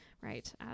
right